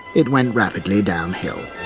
it went rapidly downhill.